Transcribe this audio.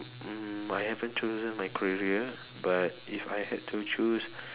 mm I haven't chosen my career but if I had to choose